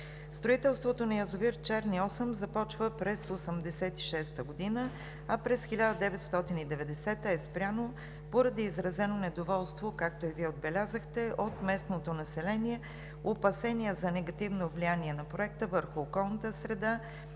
Строителството на язовир „Черни Осъм“ започва през 1986 г., а през 1990 г. е спряно поради изразено недоволство, както и Вие отбелязахте, от местното население, опасения за негативното влияние на Проекта върху околната среда